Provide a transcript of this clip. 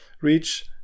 reach